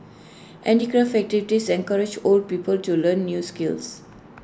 handicraft activities encourage old people to learn new skills